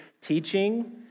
teaching